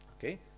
Okay